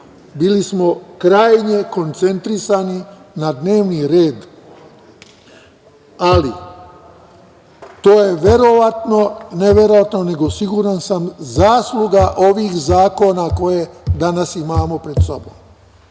Bili smo krajnje koncentrisani na dnevni red. To je verovatno, ne verovatno, nego siguran sam zasluga ovih zakona koje danas imamo pred sobom. Hoću